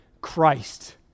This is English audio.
Christ